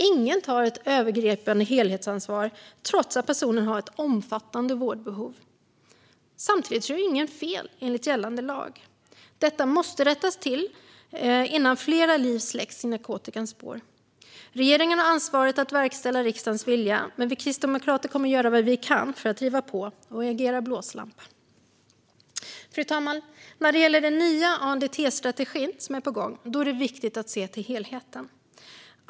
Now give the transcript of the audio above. Ingen tar ett övergripande helhetsansvar, trots att dessa personer har ett omfattande vårdbehov, och samtidigt gör ingen fel enligt gällande lag. Detta måste rättas till innan fler liv släcks i narkotikans spår. Regeringen har ansvaret att verkställa riksdagens vilja, men vi kristdemokrater kommer att göra vad vi kan för att driva på och agera blåslampa. Fru talman! När det gäller den nya ANDT-strategi som är på gång är det viktigt att se till helheten.